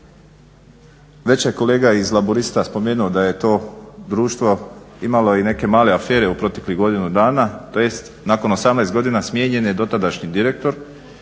Već je kolega iz Laburista spomenuo da je to društvo imalo i neke male afere u proteklih godinu dana tj. nakon 18 godina smijenjen je dotadašnji direktor